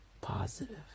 positive